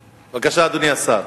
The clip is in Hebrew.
בבקשה, אדוני השר.